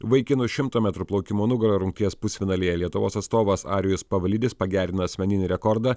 vaikinų šimto metrų plaukimo nugara rungties pusfinalyje lietuvos atstovas arijus pavlidis pagerino asmeninį rekordą